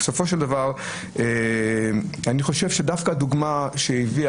בסופו של דבר אני חושב שדווקא הדוגמה שניתנה